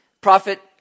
prophet